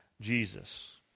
Jesus